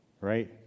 right